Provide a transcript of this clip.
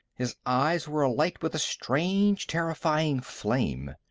his eyes were alight with a strange, terrifying flame.